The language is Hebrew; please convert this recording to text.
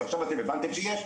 אז עכשיו אתם הבנתם שיש,